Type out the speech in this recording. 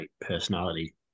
personality